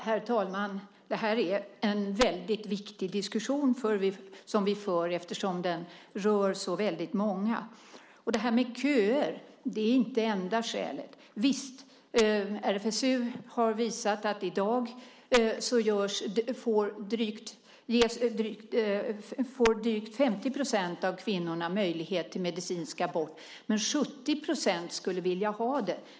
Herr talman! Det här är en väldigt viktig diskussion eftersom den rör så många. Köer är inte det enda skälet. RFSU har visat att i dag får drygt 50 % av kvinnorna möjlighet till medicinsk abort, men 70 % skulle vilja ha det.